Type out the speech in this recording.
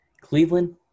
Cleveland